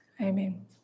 Amen